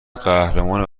قهرمان